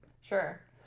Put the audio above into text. sure